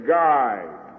guide